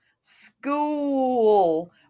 school